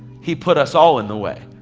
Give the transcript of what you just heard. he put us all in the way.